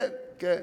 כן, כן.